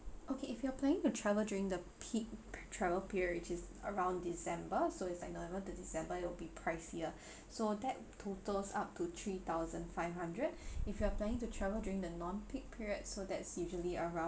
okay if you are planning to travel during the peak travel periods which is around december so it's like november to december it will be pricier so that totals up to three thousand five hundred if you are planning to travel during the non peak period so that's usually around